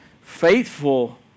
faithful